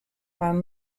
are